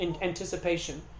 anticipation